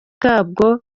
kabwo